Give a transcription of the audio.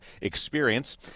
experience